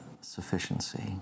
sufficiency